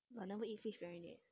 I never eat fish marinate